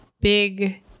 big